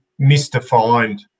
misdefined